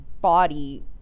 body